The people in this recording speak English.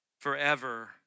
forever